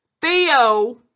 Theo